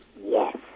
Yes